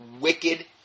wicked